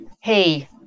hey